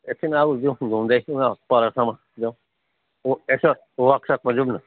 एकछिन आऊ जाउँ घुम्दै ऊ वहाँ परसम्म जाउँ व यसो वर्कसकमा जाउँ न